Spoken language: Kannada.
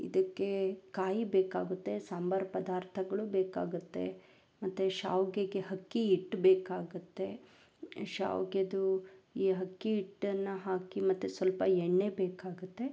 ಇದಕ್ಕೆ ಕಾಯಿ ಬೇಕಾಗುತ್ತೆ ಸಾಂಬಾರು ಪದಾರ್ಥಗಳು ಬೇಕಾಗುತ್ತೆ ಮತ್ತು ಶಾವಿಗೆಗೆ ಅಕ್ಕಿ ಹಿಟ್ಟು ಬೇಕಾಗುತ್ತೆ ಶಾವಿಗೆದು ಈ ಅಕ್ಕಿ ಹಿಟ್ಟನ್ನು ಹಾಕಿ ಮತ್ತು ಸ್ವಲ್ಪ ಎಣ್ಣೆ ಬೇಕಾಗುತ್ತೆ